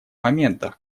моментах